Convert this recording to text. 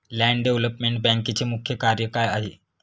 Land development बँकेचे मुख्य कार्य काय आहे?